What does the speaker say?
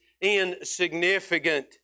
insignificant